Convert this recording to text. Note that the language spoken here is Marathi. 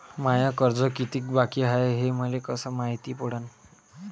माय कर्ज कितीक बाकी हाय, हे मले कस मायती पडन?